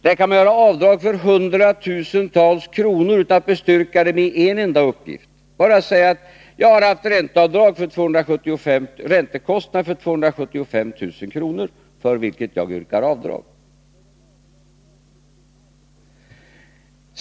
Där kan man göra avdrag för hundratusentals kronor utan att bestyrka detta med en enda uppgift. Man kan bara säga: Jag har haft räntekostnader på 275 000 kr., för vilka jag yrkar avdrag.